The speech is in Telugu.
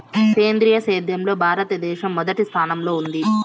సేంద్రీయ సేద్యంలో భారతదేశం మొదటి స్థానంలో ఉంది